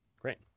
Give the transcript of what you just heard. Great